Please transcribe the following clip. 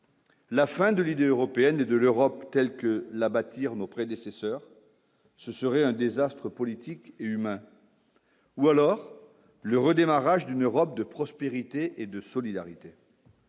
La fin de l'idée européenne de l'Europe telle que la bâtir nos prédécesseurs, ce serait un désastre politique et humain, ou alors le redémarrage d'une Europe de prospérité et de solidarité.